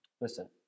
listen